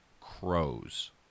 crows